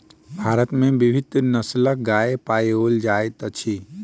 भारत में विभिन्न नस्लक गाय पाओल जाइत अछि